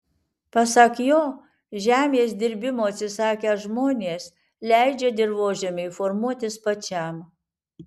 pasak jo žemės dirbimo atsisakę žmonės leidžia dirvožemiui formuotis pačiam